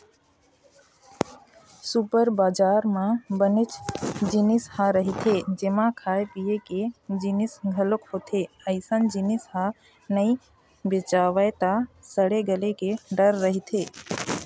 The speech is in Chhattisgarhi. सुपर बजार म बनेच जिनिस ह रहिथे जेमा खाए पिए के जिनिस घलोक होथे, अइसन जिनिस ह नइ बेचावय त सड़े गले के डर रहिथे